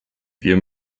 wir